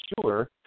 sure